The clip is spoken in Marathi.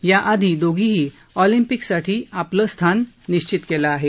या आधी दोघींही ऑलम्पिकसाठी आपलं स्थान निश्चित केलं आहे